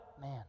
man